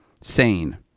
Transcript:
sane